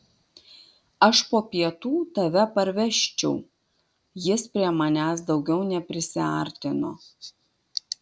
aš po pietų tave parvežčiau jis prie manęs daugiau neprisiartino